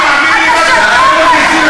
נא לסיים,